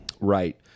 Right